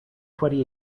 twenty